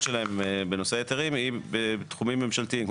שלהם בנושא היתרים היא בתחומים ממשלתיים,